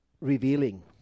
revealing